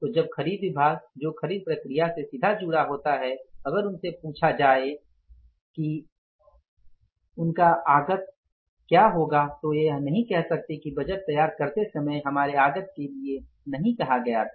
तो जब खरीद विभाग जो खरीद प्रक्रिया से सीधे जुडा होताहैं अगर उनसे पूछा जाए और उनका आगत बाद में पूछा जाए तो वे यह नहीं कह सकते कि बजट तैयार करते समय हमारे आगत के लिए नहीं कहा गया था